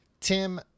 Tim